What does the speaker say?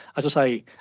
i so say,